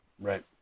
Right